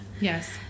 yes